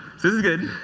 this is good.